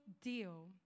deal